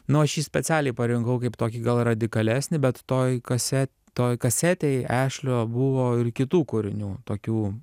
nu aš jį specialiai parinkau kaip tokį gal radikalesnį bet toj kase toj kasetėj ešlio buvo ir kitų kūrinių tokių